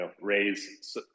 raise